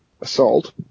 assault